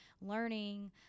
learning